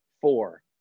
four